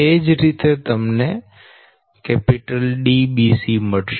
એ જ રીતે તમને Dbc મળશે